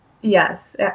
Yes